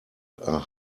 are